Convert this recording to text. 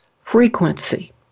frequency